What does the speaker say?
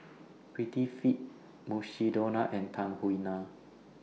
Prettyfit Mukshidonna and Tahuna